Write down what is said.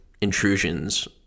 intrusions